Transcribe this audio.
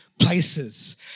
places